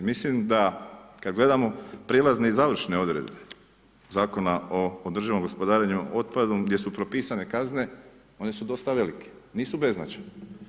Mislim da kad gledamo prijelazne i završne odredbe Zakona o održivom gospodarenju otpadom gdje su propisane kazne, one su dosta velike, nisu bez značajne.